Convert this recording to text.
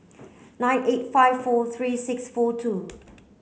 nine eight five four three six four two